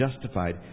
justified